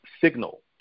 signal